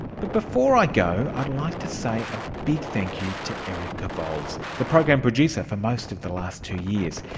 but before i go, i'd like to say a big thank you to erica vowles, the program producer for most of the last two years.